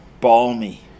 Balmy